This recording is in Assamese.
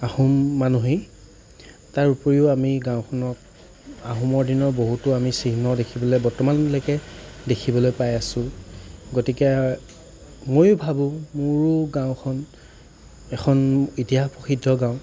আহোম মানুহেই তাৰ উপৰিও আমি গাঁওখনত আহোমৰ দিনৰ বহুতো আমি চিহ্ন আমি বৰ্তমানলৈকে দেখিবলৈ পাই আছোঁ গতিকে ময়ো ভাবোঁ মোৰো গাঁওখন এখন ইতিহাস প্ৰসিদ্ধ গাঁও